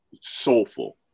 soulful